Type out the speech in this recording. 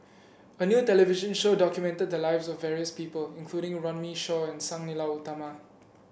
a new television show documented the lives of various people including Runme Shaw and Sang Nila Utama